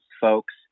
folks